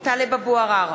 טלב אבו עראר,